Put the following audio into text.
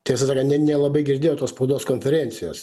tiesą sakant ne nelabai girdėjau tos spaudos konferencijos